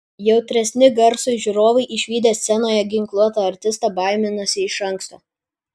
jautresni garsui žiūrovai išvydę scenoje ginkluotą artistą baiminasi iš anksto